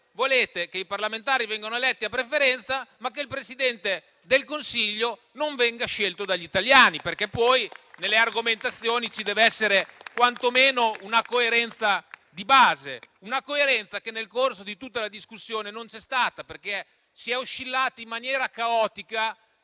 volete che i parlamentari siano eletti a preferenza, ma che il Presidente del Consiglio non sia scelto dagli italiani. Nelle argomentazioni ci deve essere quantomeno una coerenza di base. Una coerenza che non c'è stata nel corso di tutta la discussione perché si è oscillato in maniera caotica